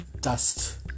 dust